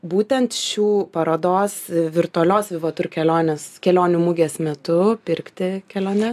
būtent šių parodos virtualios viva tur keliones kelionių mugės metu pirkti keliones